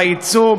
ביצוא,